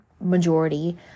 majority